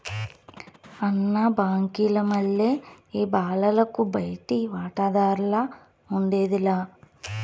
అన్న, బాంకీల మల్లె ఈ బాలలకు బయటి వాటాదార్లఉండేది లా